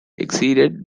exceeded